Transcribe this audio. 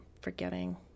forgetting